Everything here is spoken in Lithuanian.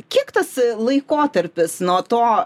kiek tas laikotarpis nuo to